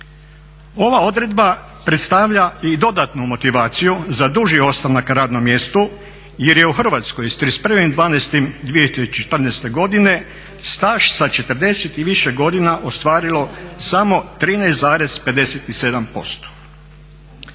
Ova odredba predstavlja i dodatnu motivaciju za duži ostanak na radnom mjestu jer je u Hrvatskoj s 31.12.2014. godine staž sa 40 i više godina ostvarilo samo 13,57%.